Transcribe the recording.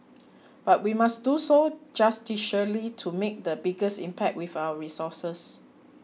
but we must do so judiciously to make the biggest impact with our resources